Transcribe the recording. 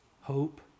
hope